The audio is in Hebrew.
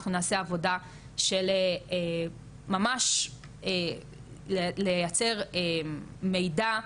אנחנו נעשה עבודה של ממש לייצר מידע,